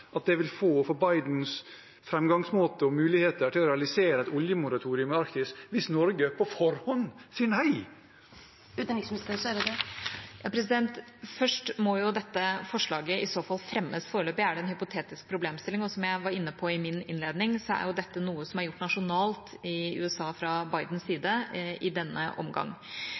det vil få for Bidens framgangsmåte og muligheter til å realisere et oljemoratorium i Arktis hvis Norge på forhånd sier nei? Først må jo dette forslaget i så fall fremmes. Foreløpig er det en hypotetisk problemstilling, og som jeg var inne på i mitt innlegg, er dette noe som er gjort nasjonalt i USA fra Bidens side i denne omgang.